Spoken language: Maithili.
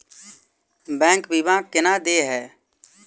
बैंक बीमा केना देय है?